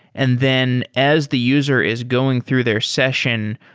and then as the user is going through their session,